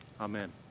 Amen